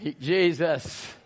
Jesus